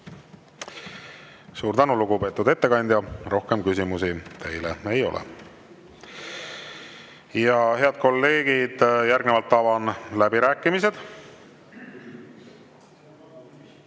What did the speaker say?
Suur tänu, lugupeetud ettekandja! Rohkem küsimusi teile ei ole. Head kolleegid, järgnevalt avan läbirääkimised.